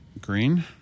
Green